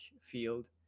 field